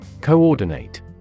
Coordinate